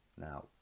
Now